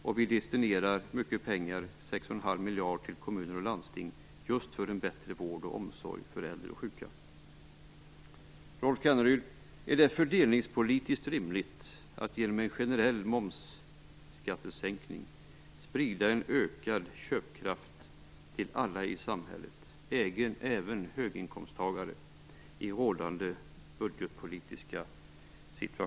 6,5 miljarder destinerar vi till kommuner och landsting, just för att främja en bättre vård och omsorg för äldre och sjuka. Rolf Kenneryd, är det i rådande budgetpolitiska situation fördelningspolitiskt rimligt att genom en generell momsskattesänkning sprida ökad köpkraft till alla i samhället, även till höginkomsttagare?